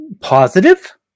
Positive